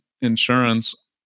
insurance